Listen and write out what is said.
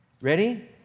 Ready